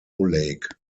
lake